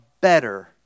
better